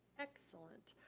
excellent.